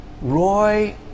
Roy